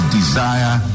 desire